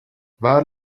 waar